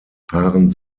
paaren